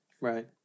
Right